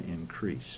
increase